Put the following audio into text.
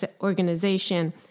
organization